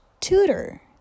tutor